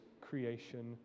creation